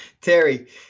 Terry